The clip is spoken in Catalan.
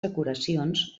decoracions